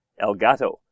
Elgato